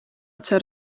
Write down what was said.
оце